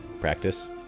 practice